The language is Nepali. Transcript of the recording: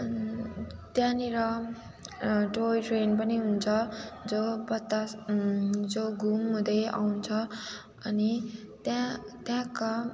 त्यहाँनिर टोय ट्रेन पनि हुन्छ जो बतासे जो घुम हुँदै आउँछ अनि त्यहाँ त्यहाँका